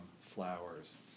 flowers